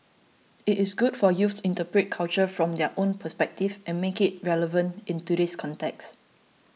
it is good for youth to interpret culture from their own perspective and make it relevant in today's context